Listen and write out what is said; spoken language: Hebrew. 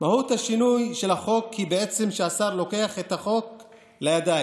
מהות השינוי של החוק היא שבעצם השר לוקח את החוק לידיים,